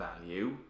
value